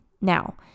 Now